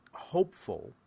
hopeful